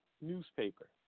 newspaper